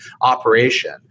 operation